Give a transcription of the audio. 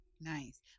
Nice